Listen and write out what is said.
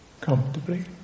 comfortably